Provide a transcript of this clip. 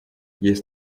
есть